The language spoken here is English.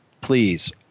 please